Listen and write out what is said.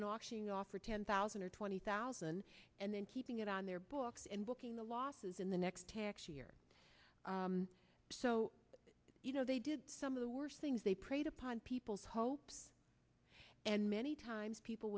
then auction offered ten thousand or twenty thousand and then keeping it on their books and booking the losses in the next tax year so you know they did some of the worst things they preyed upon people's hopes and many times people